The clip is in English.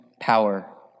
power